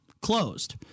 closed